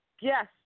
Yes